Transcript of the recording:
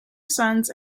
sons